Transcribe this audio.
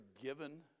given